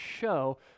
show